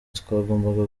twagombaga